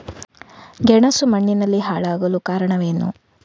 ಗೆಣಸು ಮಣ್ಣಿನಲ್ಲಿ ಹಾಳಾಗಲು ಕಾರಣವೇನು?